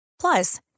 Plus